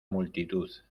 multitud